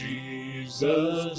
Jesus